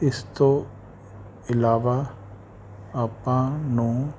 ਇਸ ਤੋਂ ਇਲਾਵਾ ਆਪਾਂ ਨੂੰ